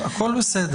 אזור.